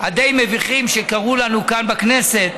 הדי-מביכים שקרו לנו כאן בכנסת.